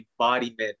embodiment